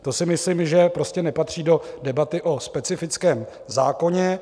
To si myslím, že prostě nepatří do debaty o specifickém zákoně.